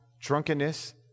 drunkenness